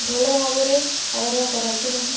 ଭଲ ଭାବରେ ଆଗ୍ରହ କରନ୍ତି ନାହିଁ